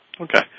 Okay